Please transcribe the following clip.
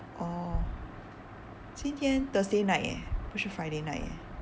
orh 今天 thursday night eh 不是 friday night eh